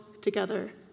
together